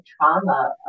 trauma